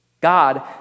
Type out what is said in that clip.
God